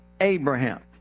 Abraham